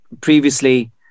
previously